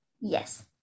yes